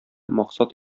максат